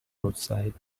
roadside